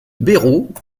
béraud